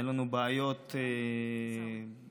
אין לנו בעיות בחינוך,